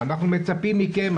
אנחנו מצפים מכם,